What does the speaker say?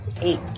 Eight